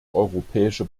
europäische